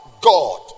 God